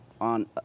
on